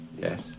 Yes